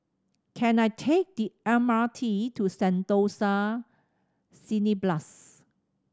can I take the M R T to Sentosa Cineblast